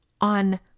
on